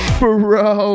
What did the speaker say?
bro